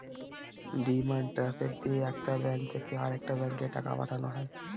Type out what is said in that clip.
demand draft দিয়ে একটা bank থেকে আরেকটা ব্যাঙ্কে টাকা পাঠানো হয়